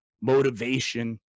motivation